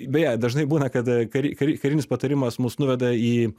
beje dažnai būna kad kari kari karinis patarimas mus nuveda į